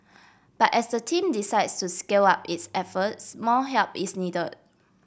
but as the team decides to scale up its efforts more help is need